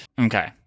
Okay